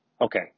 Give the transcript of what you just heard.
Okay